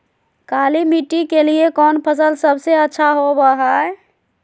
काली मिट्टी के लिए कौन फसल सब से अच्छा होबो हाय?